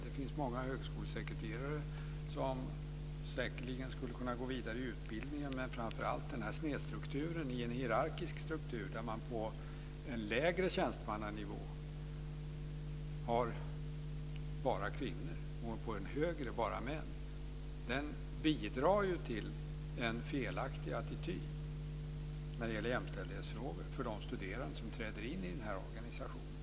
Det finns många högskolesekreterare som säkerligen skulle kunna gå vidare i utbildningen, men framför allt är det fråga om en snedstruktur i en hierarkisk struktur med bara kvinnor på en lägre tjänstemannanivå och bara män på en högre nivå. Strukturen bidrar till en felaktig attityd när det gäller jämställdhetsfrågor för de studerande som träder in i organisationen.